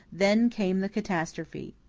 then came the catastrophe.